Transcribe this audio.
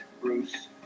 Bruce